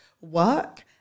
work